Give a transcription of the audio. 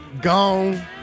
gone